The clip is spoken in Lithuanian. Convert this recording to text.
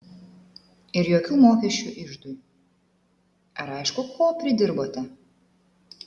ir jokių mokesčių iždui ar aišku ko pridirbote